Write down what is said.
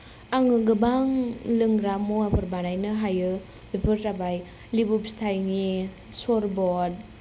आङो गोबां लोंग्रा मुआफोर बानायनो हायो बेफोर जाबाय लेबु फिथाइनि सरबथ